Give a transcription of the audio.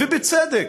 ובצדק.